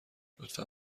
لطفا